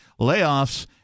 layoffs